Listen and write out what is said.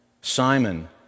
Simon